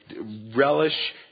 relish